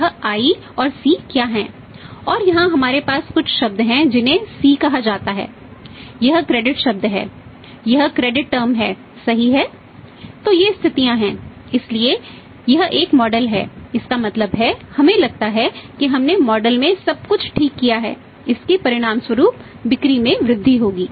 यह i और c क्या है और यहाँ हमारे पास कुछ शब्द हैं जिन्हें c कहा जाता है यह क्रेडिट में सब कुछ ठीक किया है इसके परिणामस्वरूप बिक्री में वृद्धि होगी